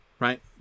Right